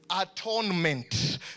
Atonement